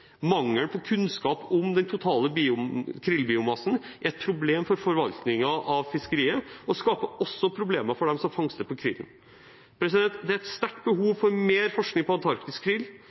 Mangelen på kunnskap om den totale krillbiomassen er et problem for forvaltningen av fiskeriet og skaper også problemer for dem som fangster på krillen. Det er et stort behov for mer forskning på antarktisk krill.